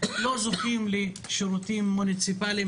לא זוכים לשירותים מוניציפליים,